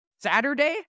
Saturday